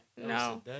No